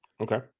okay